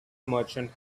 merchant